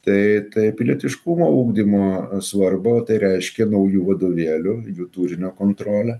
tai tai pilietiškumo ugdymo svarba o tai reiškia naujų vadovėlių jų turinio kontrolę